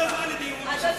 צו המסים.